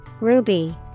Ruby